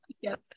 Yes